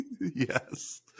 yes